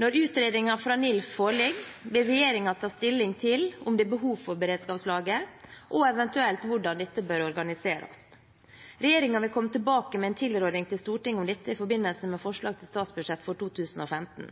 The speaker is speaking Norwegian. Når utredningen fra NILF foreligger, vil regjeringen ta stilling til om det er behov for beredskapslager, og eventuelt hvordan dette bør organiseres. Regjeringen vil komme tilbake med en tilråding til Stortinget om dette i forbindelse med forslag til statsbudsjett for 2015.